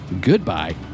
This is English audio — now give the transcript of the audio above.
Goodbye